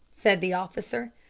said the officer.